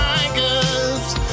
Tigers